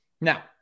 Now